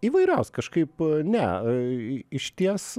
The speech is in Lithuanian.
įvairios kažkaip ne i išties